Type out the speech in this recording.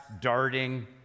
darting